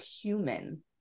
human